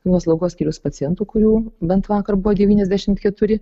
nuo slaugos skyrius pacientų kurių bent vakar buvo devyniasdešimt keturi